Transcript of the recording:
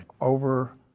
over